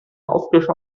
optische